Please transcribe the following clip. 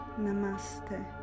Namaste